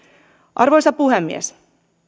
arvoisa puhemies